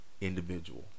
individual